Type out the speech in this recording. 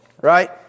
right